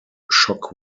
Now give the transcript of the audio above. shock